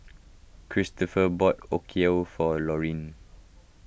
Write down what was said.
Cristopher bought Okayu for Laurine